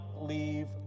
leave